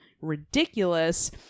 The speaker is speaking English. ridiculous